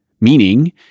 Meaning